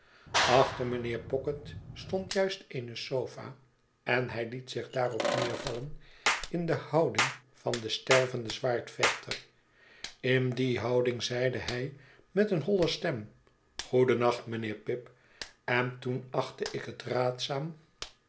achter mijnheer pocket stondjuist eene sofa en hij liet zich daarop neervallen in de houding van den stervenden zwaardvechter in die houding zeide hij met eene nolle stem goedennacht mijnheer pip en toenachtte ikhet raadzaam